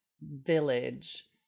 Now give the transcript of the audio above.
Village